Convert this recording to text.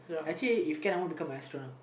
actually if can I want to become an astronaut